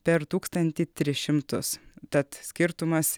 per tūkstantį tris šimtus tad skirtumas